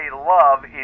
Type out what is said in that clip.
Love